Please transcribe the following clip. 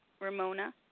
Ramona